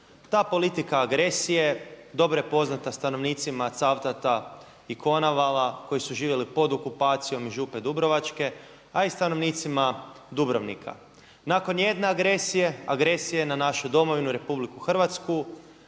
Ta politika agresije dobro je poznata stanovnicima Cavtata i Konavala koji su živjeli pod okupacijom Župe Dubrovačke a i stanovnicima Dubrovnika. Nakon jedne agresije, agresije na našu Domovinu RH Milo Đukanović